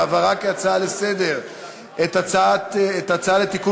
על העברה כהצעה לסדר-היום של ההצעה לתיקון